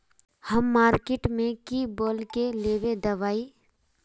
हम मार्किट में की बोल के लेबे दवाई?